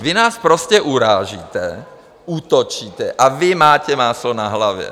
Vy nás sprostě urážíte, útočíte, a vy máte máslo na hlavě.